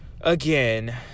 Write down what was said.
Again